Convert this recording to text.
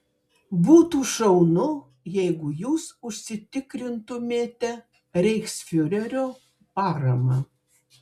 būtų šaunu jeigu jūs užsitikrintumėte reichsfiurerio paramą